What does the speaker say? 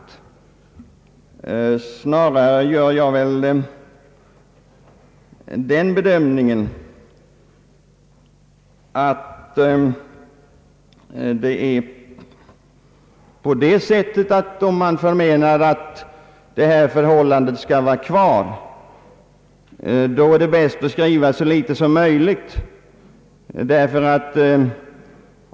Snarare gör jag den bedömningen att då man här förmenar att nu rådande förhållande skall bestå är det bäst att skriva så litet som möjligt.